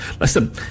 listen